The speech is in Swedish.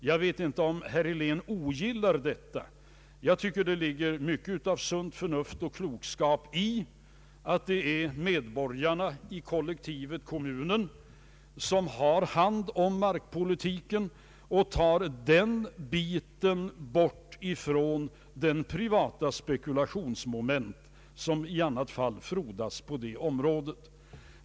Jag vet inte om herr Helén ogillar detta. Jag tycker det ligger mycket av sunt förnuft och klokskap i att det är medborgarna i kollektivet kommunen som har hand om markpolitiken och tar den biten bort ifrån de privata spekulationsmomenten, som i annat fall frodas på det området.